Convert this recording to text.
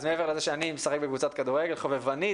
אז מעבר לזה שאני משחק בקבוצת כדורגל חובבנית